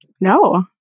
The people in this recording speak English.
No